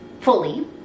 fully